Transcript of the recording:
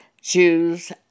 Jews